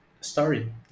story